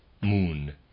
Moon